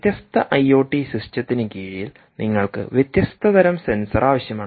വ്യത്യസ്ത ഐഒടി സിസ്റ്റത്തിന് കീഴിൽ നിങ്ങൾക്ക് വ്യത്യസ്ത തരം സെൻസർ ആവശ്യമാണ്